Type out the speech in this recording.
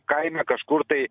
kaime kažkur tai